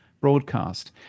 broadcast